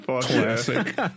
classic